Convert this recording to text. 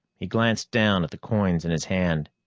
he glanced down at the coins in his hand.